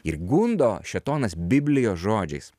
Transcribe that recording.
ir gundo šėtonas biblijos žodžiais